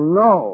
no